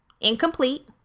incomplete